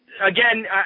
Again